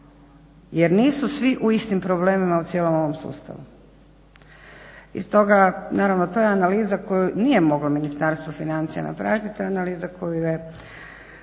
Jer nisu svi u istim problemima u cijelom ovom sustavu.